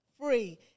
Free